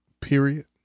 period